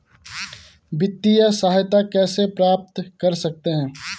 वित्तिय सहायता कैसे प्राप्त कर सकते हैं?